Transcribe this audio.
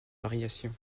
variations